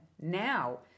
now